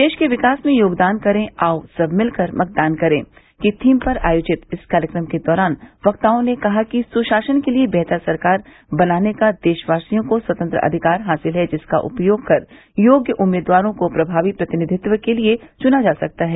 देश के विकास में योगदान करें आओ सब मिलकर मतदान करें की थीम पर आयोजित इस कार्यक्रम के दौरान वक्ताओं ने कहा कि सुशासन के लिये बेहतर सरकार बनाने का देशवासियों को स्वतंत्र अधिकार हासिल है जिसका उपयोग कर योग्य उम्मीदवारों को प्रभावी प्रतिनिधित्व के लिये चुना जा सकता है